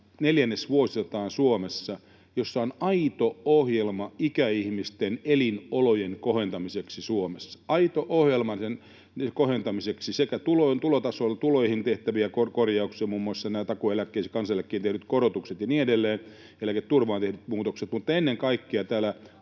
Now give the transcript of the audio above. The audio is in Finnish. ensimmäinen hallitusohjelma, jossa on aito ohjelma ikäihmisten elinolojen kohentamiseksi Suomessa, aito ohjelma niiden kohentamiseksi: tuloihin tehtäviä korjauksia, muun muassa nämä takuueläkkeisiin ja kansaneläkkeisiin tehdyt korotukset ja niin edelleen, eläketurvaan tehdyt muutokset, mutta ennen kaikkea [Sari